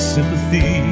Sympathy